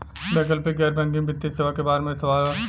वैकल्पिक गैर बैकिंग वित्तीय सेवा के बार में सवाल?